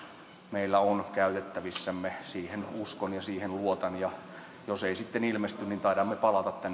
meillä on se käytettävissämme siihen uskon ja siihen luotan ja jos ei sitten ilmesty niin taidamme palata